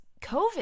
COVID